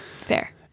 Fair